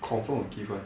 confirm will give [one]